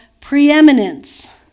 preeminence